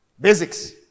Basics